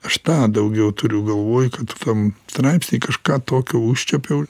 aš tą daugiau turiu galvoj kad tam straipsny kažką tokio užčiuopiau